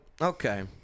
Okay